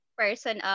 person